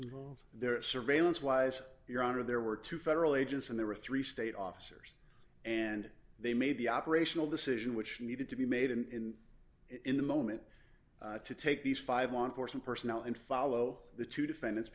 involved their surveillance wise your honor there were two federal agents and there were three state officers and they made the operational decision which needed to be made in in the moment to take these five on for some personnel and follow the two defendants